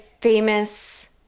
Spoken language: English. famous